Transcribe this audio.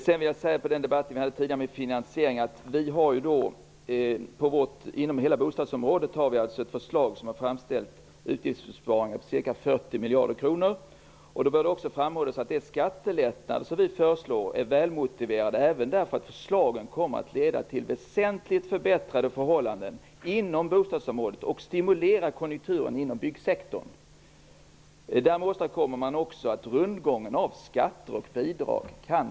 Sedan angående den debatt vi förde tidigare om finansieringen: Vi har ett förslag om utgiftsbesparingar för hela bostadsområdet om ca 40 miljarder kronor. Det bör då framhållas att de skattelättnader som vi föreslår är välmotiverade även av den anledningen att förslagen kommer att leda till väsentligt förbättrade förhållanden inom bostadsområdet och stimulera konjunkturen inom byggsektorn. Därmed blir det också möjligt att begränsa rundgången av bidrag och skatter.